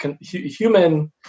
human